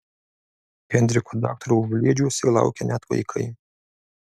henriko daktaro užliedžiuose laukia net vaikai